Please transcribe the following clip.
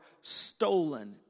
stolen